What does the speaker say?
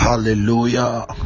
hallelujah